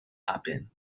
happen